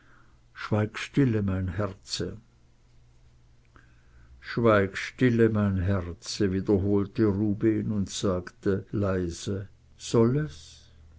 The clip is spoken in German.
schweig stille mein herze schweig stille mein herze wiederholte rubehn und sagte leise soll es